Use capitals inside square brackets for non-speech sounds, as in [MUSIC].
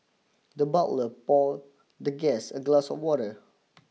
the butler pour the guest a glass of water [NOISE]